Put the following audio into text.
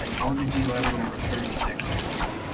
like mortgagee letter number thirty six or something.